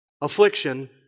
affliction